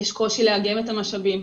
יש קושי לאגם את המשאבים.